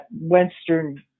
Western